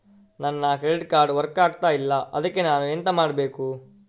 ನನ್ನ credit card work ಆಗ್ತಿಲ್ಲ ಅದ್ಕೆ ನಾನು ಎಂತ ಮಾಡಬೇಕು?